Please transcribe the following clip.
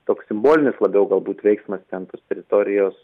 toks simbolinis labiau galbūt veiksmas ten tos teritorijos